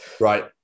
Right